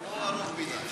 לא ארוך מדי.